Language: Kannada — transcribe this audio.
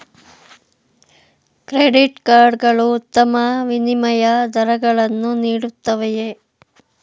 ಕ್ರೆಡಿಟ್ ಕಾರ್ಡ್ ಗಳು ಉತ್ತಮ ವಿನಿಮಯ ದರಗಳನ್ನು ನೀಡುತ್ತವೆಯೇ?